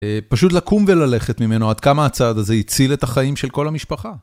פשוט לקום וללכת ממנו, עד כמה הצעד הזה הציל את החיים של כל המשפחה.